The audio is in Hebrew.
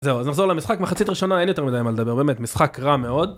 זהו אז נחזור למשחק מחצית ראשונה אין יותר מדי מה לדבר באמת משחק רע מאוד.